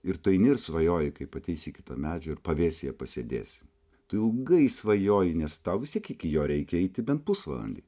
ir tu eini ir svajoji kaip ateisi iki to medžio ir pavėsyje pasėdėsi tu ilgai svajoji nes tau vis tiek iki jo reikia eiti bent pusvalandį